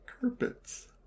Carpets